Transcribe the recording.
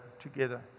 together